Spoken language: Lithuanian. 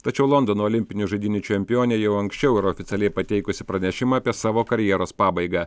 tačiau londono olimpinių žaidynių čempionė jau anksčiau yra oficialiai pateikusi pranešimą apie savo karjeros pabaigą